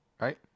right